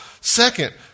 Second